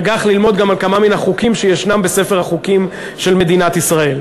וכך גם ללמוד על כמה מן החוקים שיש בספר החוקים של מדינת ישראל: